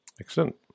Excellent